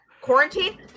Quarantine